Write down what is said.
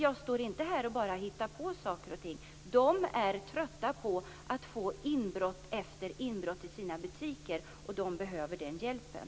Jag står inte här och hittar på saker och ting. Handelsmännen är trötta på att få inbrott efter inbrott i sina butiker, och de behöver hjälpen.